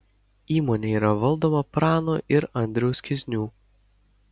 įmonė yra valdoma prano ir andriaus kiznių